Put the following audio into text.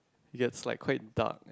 ya it's like quite dark